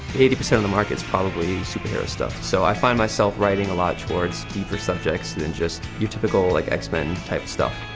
eighty percent of the market is probably superhero stuff. so i find myself writing a lot towards deeper subjects than just your typical, like, x-men type stuff.